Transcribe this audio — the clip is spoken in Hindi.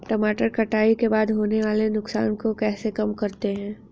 टमाटर कटाई के बाद होने वाले नुकसान को कैसे कम करते हैं?